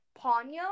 Ponyo